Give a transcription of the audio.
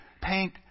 paint